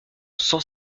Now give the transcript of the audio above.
cent